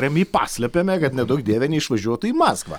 ramiai paslėpėme kad neduok dieve neišvažiuotų į maskvą